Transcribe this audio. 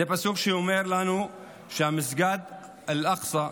זה פסוק שמתאר את המסע הלילי של הנביא מוחמד ממכה לאל-אקצא,